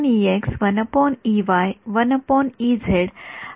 तर मग आणि मग इथे मी काय लिहू